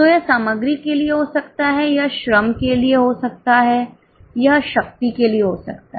तो यह सामग्री के लिए हो सकता है यह श्रम के लिए हो सकता है यह शक्ति के लिए हो सकता है